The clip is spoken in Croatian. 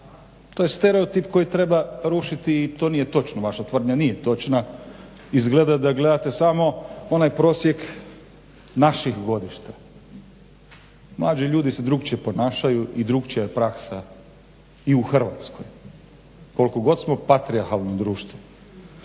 To je stereotip koji treba rušiti i to nije točno. Vaša tvrdnja nije točna. Izgleda da gledate samo onaj prosjek naših godišta. Mlađi ljudi se drukčije ponašaju i drukčija je praksa i u Hrvatskoj koliko god smo patrijarhalno društvo.